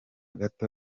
gato